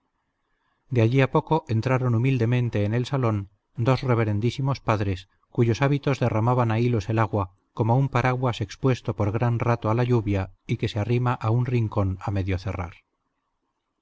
de allí a poco entraron humildemente en el salón dos reverendísimos padres cuyos hábitos derramaban a hilos el agua como un paraguas expuesto por gran rato a la lluvia y que se arrima a un rincón a medio cerrar